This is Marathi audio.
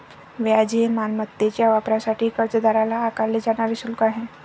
व्याज हे मालमत्तेच्या वापरासाठी कर्जदाराला आकारले जाणारे शुल्क आहे